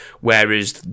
whereas